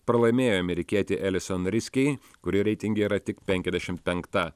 pralaimėjo amerikietei elison riskei kuri reitinge yra tik penkiasdešimt penkta